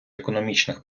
економічних